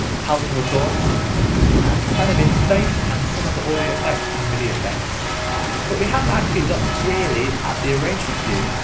how to record and the kind of interface and some of the audio effects and midi effects but we haven't actually looked really at the arrangement view.